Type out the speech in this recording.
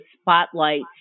spotlight